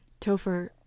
Topher